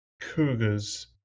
cougars